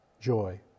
joy